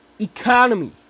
economy